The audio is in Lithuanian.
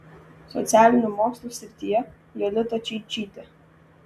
socialinių mokslų srityje jolita čeičytė